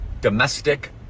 domestic